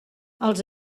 els